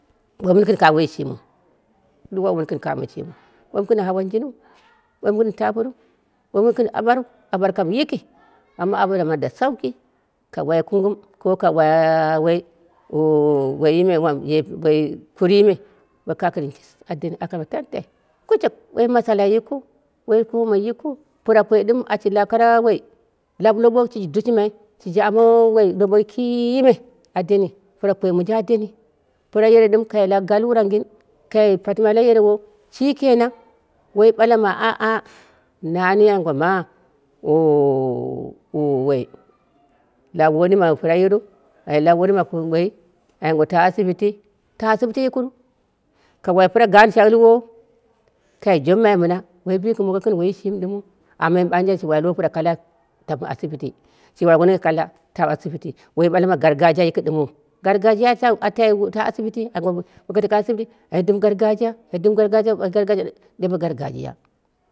Woi mɨn gɨn kame woiji shimin ɗuwai woi mɨn gɨn kame shimiu, woi mɨn gɨn hawan jiniu woi mɨn taipotru. woi migɨn awatru awat kam yiki amma aɓat mani kam da sauki ka wai kungngum ko kar wai woi woiyii me am ye kurii me ka kakɨni a deni aka almai tantai kushup woi masala yikɨu woi komei yikɨu. Pɨra koi dɨm ashi lap koro woi lap lobok shiji ushimai shiji ame loɓokki kime a deni pɨrakoi monji a deni. Pɨra yero ɗɨm kai lab galurangin kai patimal la yero wo shi kenan woi ɓalama a a nan ai ngwa ma oh oh woi lab worin ma pɨra yerou ai lab worin ma woi ai ngwai ta ashibiti, ta ashibiti yikiru ka wai pɨra gaan shayɨlwo kai jaɓɨmai mɨma woi bikɨmongo gɨn woiti shimi ɗim mɨu amma ɓanje shi wai lo pɨra kalla tapi ashibiti shi wai wunduwoi kalla tawu ashibiti woi ɓala ma gargajiya yiki ɗɨmɨu, garajiyai tang atai ta ashibiti aingwa boko tako ashibitiyi aingwa dɨm gargajiya gargajiya yayi dembe gargajiya.